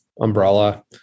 umbrella